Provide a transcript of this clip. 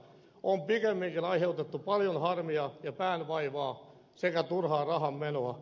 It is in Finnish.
on pikemminkin aiheutettu paljon harmia ja päänvaivaa sekä turhaa rahanmenoa